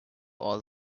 all